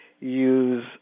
use